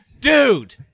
Dude